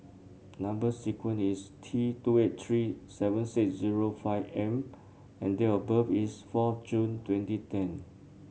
number sequence is T two eight three seven six zero five M and date of birth is four June twenty ten